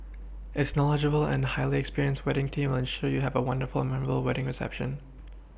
its knowledgeable and highly experienced wedding team ensure you have a wonderful and memorable wedding reception